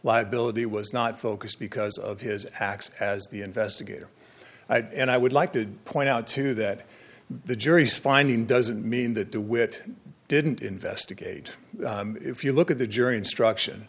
liability was not focused because of his acts as the investigator and i would like to point out too that the jury's finding doesn't mean that the wit didn't investigate if you look at the jury instruction